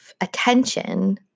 attention